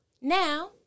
now